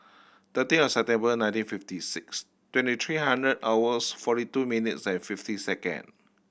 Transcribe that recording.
thirteen of September nineteen fifty six twenty three hundred hours forty two minutes and fifty second